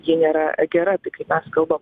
ji nėra gera tai kai mes kalbam